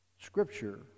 Scripture